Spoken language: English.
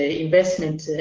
ah investment,